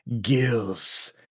Gills